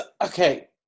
Okay